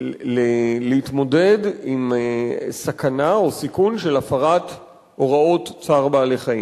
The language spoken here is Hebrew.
כדי להתמודד עם סכנה או סיכון של הפרת הוראות צער בעלי-חיים.